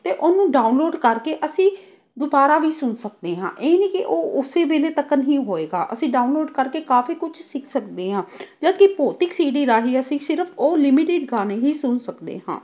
ਅਤੇ ਉਹਨੂੰ ਡਾਊਨਲੋਡ ਕਰਕੇ ਅਸੀਂ ਦੁਬਾਰਾ ਵੀ ਸੁਣ ਸਕਦੇ ਹਾਂ ਇਹ ਨਹੀਂ ਕਿ ਉਹ ਉਸੇ ਵੇਲੇ ਤੱਕ ਹੀ ਹੋਏਗਾ ਅਸੀਂ ਡਾਊਨਲੋਡ ਕਰਕੇ ਕਾਫੀ ਕੁਛ ਸਿੱਖ ਸਕਦੇ ਹਾਂ ਜਦੋਂ ਕਿ ਭੌਤਿਕ ਸੀ ਡੀ ਰਾਹੀਂ ਅਸੀਂ ਸਿਰਫ ਉਹ ਲਿਮਿਟਡ ਗਾਣੇ ਹੀ ਸੁਣ ਸਕਦੇ ਹਾਂ